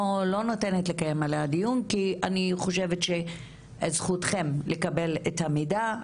אני לא נותנת לקיים עליה דיון כי אני חושבת שזכותכם לקבל את המידע,